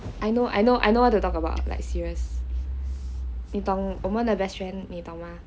I know I know I know what to talk about like serious 你懂我们的 best friend 你懂吗